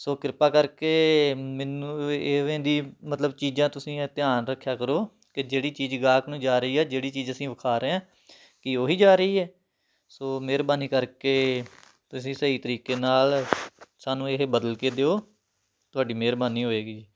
ਸੋ ਕਿਰਪਾ ਕਰਕੇ ਮੈਨੂੰ ਵ ਇਵੇਂ ਦੀ ਮਤਲਬ ਚੀਜ਼ਾਂ ਤੁਸੀਂ ਐ ਧਿਆਨ ਰੱਖਿਆ ਕਰੋ ਕਿ ਜਿਹੜੀ ਚੀਜ਼ ਗਾਹਕ ਨੂੰ ਜਾ ਰਹੀ ਹੈ ਜਿਹੜੀ ਚੀਜ਼ ਅਸੀਂ ਵਿਖਾ ਰਹੇ ਹਾਂ ਕਿ ਉਹੀ ਜਾ ਰਹੀ ਹੈ ਸੋ ਮਿਹਰਬਾਨੀ ਕਰਕੇ ਤੁਸੀਂ ਸਹੀ ਤਰੀਕੇ ਨਾਲ ਸਾਨੂੰ ਇਹ ਬਦਲ ਕੇ ਦਿਓ ਤੁਹਾਡੀ ਮਿਹਰਬਾਨੀ ਹੋਏਗੀ ਜੀ